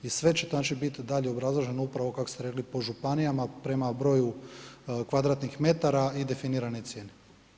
I sve će znači bit dalje obrazloženo upravo kako ste rekli po županijama, prema broju kvadratnih metara i definiranoj cijeni.